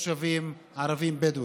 תושבים ערבים בדואים,